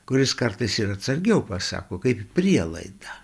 kuris kartais ir atsargiau pasako kaip prielaidą